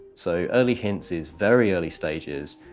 so early hints is very early stages.